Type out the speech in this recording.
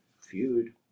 feud